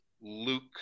Luke